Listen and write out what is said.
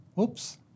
Oops